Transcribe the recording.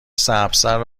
سبزتر